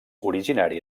originari